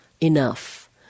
enough